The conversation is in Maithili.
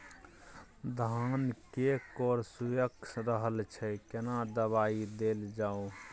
धान के कॉर सुइख रहल छैय केना दवाई देल जाऊ?